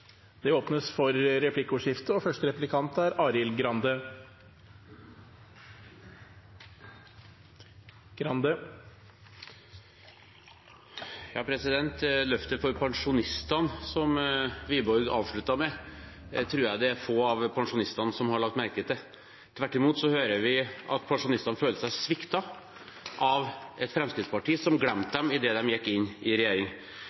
regjering. Det blir replikkordskifte. Løftet for pensjonistene som representanten Wiborg avsluttet med, tror jeg det er få av pensjonistene som har lagt merke til. Tvert imot hører vi at pensjonistene føler seg sviktet av et Fremskrittsparti som glemte dem idet de gikk inn i regjering.